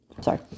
Sorry